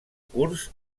curs